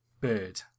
Bird